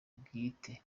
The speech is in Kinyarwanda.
bwite